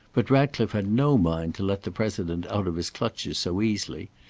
but ratcliffe had no mind to let the president out of his clutches so easily,